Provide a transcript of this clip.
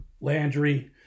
Landry